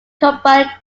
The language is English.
combined